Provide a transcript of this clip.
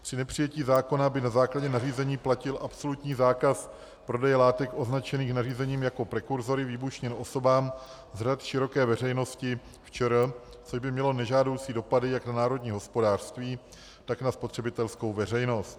Při nepřijetí zákona by na základě nařízení platil absolutní zákaz prodeje látek označených nařízením jako prekurzory výbušnin osobám z řad široké veřejnosti v ČR, což by mělo nežádoucí dopady jak na národní hospodářství, tak na spotřebitelskou veřejnost.